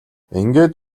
ингээд